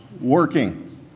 working